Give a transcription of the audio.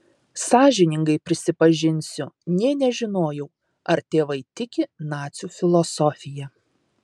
sąžiningai prisipažinsiu nė nežinojau ar tėvai tiki nacių filosofija